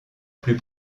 plus